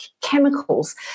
chemicals